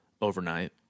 overnight